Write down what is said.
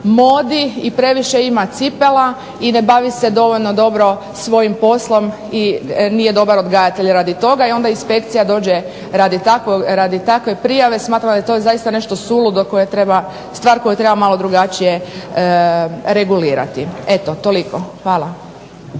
modi i previše ima cipela i ne bavi se dovoljno dobro svojim poslom i nije dobar odgajatelj radi toga. I onda inspekcija dođe radi takve prijave. Smatram da je to zaista nešto suludo koje treba, stvar koju treba malo drugačije regulirati. Eto toliko. Hvala.